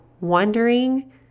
wondering